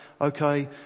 okay